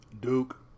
Duke